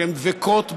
שהן דבקות בחוק,